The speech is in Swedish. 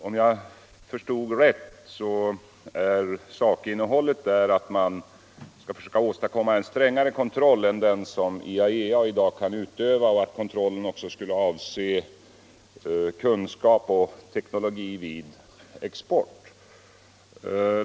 Om jag förstod rätt är sakinnehållet att man skall försöka åstadkomma en strängare kontroll än den som IAEA i dag kan utöva, och att den kontrollen också skall avse kunskap och teknologi vid export.